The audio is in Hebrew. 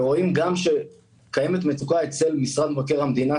ורואים גם שקיימת מצוקה אצל משרד מבקר המדינה,